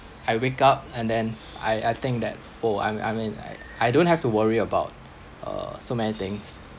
I wake up and then I I think that oh I'm I'm in like I don't have to worry about uh so many things